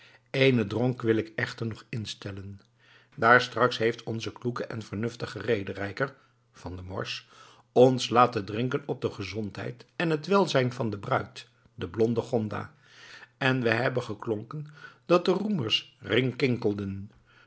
éénen dronk wil ik echter nog instellen daar straks heeft onze kloeke en vernuftige rederijker van der morsch ons laten drinken op de gezondheid en het welzijn van de bruid de blonde gonda en we hebben geklonken dat de roemers